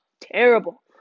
terrible